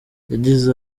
yagize